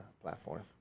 platform